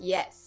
Yes